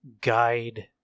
guide